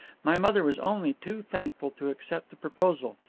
my mother was only too thankful to accept the proposal,